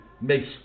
makes